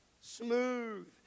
Smooth